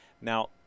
Now